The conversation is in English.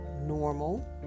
normal